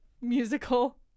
musical